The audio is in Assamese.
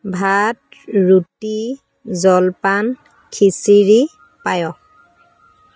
ভাত ৰুটি জলপান খিচিৰি পায়স